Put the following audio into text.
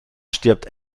stirbt